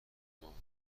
بمانند